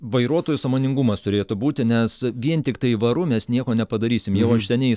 vairuotojų sąmoningumas turėtų būti nes vien tiktai varu mes nieko nepadarysim jau aš seniai